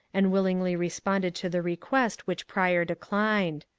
and willingly responded to the request which pryor declined.